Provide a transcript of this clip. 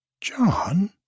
John